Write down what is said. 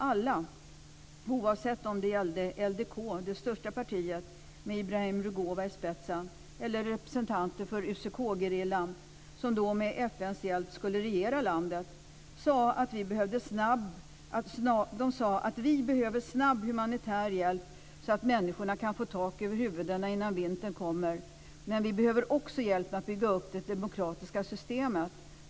Alla, oavsett om det gällde LDK, det största partiet med Ibrahim Rugova i spetsen, eller representanter för UCK-gerillan som med FN:s hjälp skulle regera landet, sade att de behöver snabb humanitär hjälp så att människorna kan få tak över huvudena innan vintern kommer. Men vi behöver också hjälp med att bygga upp det demokratiska systemet.